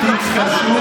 תיק חשוב,